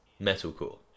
metalcore